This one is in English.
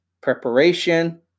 preparation